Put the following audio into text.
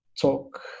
talk